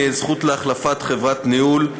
זכות להחלפת חברת ניהול),